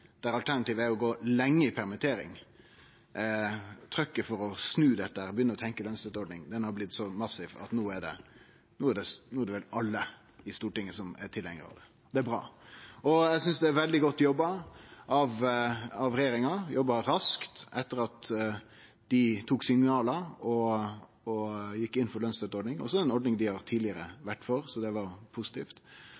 der det er mykje nedstenging, der alternativet er å gå lenge i permittering, trykket for å snu dette og begynne å tenkje lønsstøtteordning har blitt så massivt at no er vel alle i Stortinget tilhengjarar av det. Det er bra. Eg synest det er veldig godt jobba av regjeringa, som har jobba raskt etter at dei tok signala og gjekk inn for lønsstøtteordning. Dette er ei ordning som dei også tidlegare